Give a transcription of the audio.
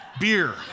Beer